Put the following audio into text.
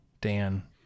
dan